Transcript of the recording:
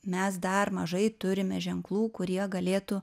mes dar mažai turime ženklų kurie galėtų